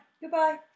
Goodbye